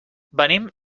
venim